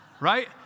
Right